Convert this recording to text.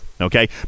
okay